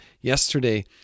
Yesterday